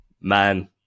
man